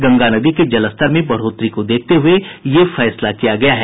गंगा नदी के जलस्तर में बढ़ोतरी को देखते हुये यह फैसला किया गया है